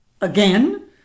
again